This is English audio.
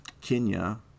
Kenya